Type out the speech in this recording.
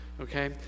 Okay